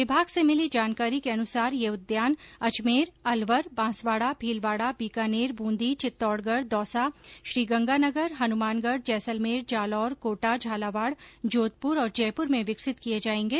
विभाग से मिली जानकारी के अनुसार ये उद्यान अजमेर अलवर बांसवाड़ा भीलवाड़ा बीकानेर बूंदी चित्तौड़गढ दौसा श्रीगंगानगर हनुमानगढ जैसलमेर जालौर कोटा झालावाड़ जोधपुर और जयपुर में विकसित किये जायेंगे